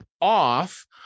off